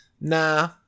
nah